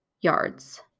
Yards